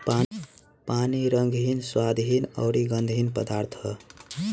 पानी रंगहीन, स्वादहीन अउरी गंधहीन पदार्थ ह